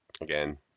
again